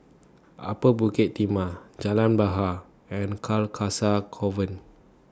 Upper Bukit Timah Jalan Bahar and Carcasa Convent